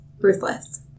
Ruthless